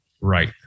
right